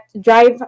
drive